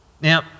Now